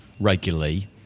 regularly